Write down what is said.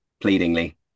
pleadingly